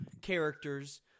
characters